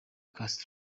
castro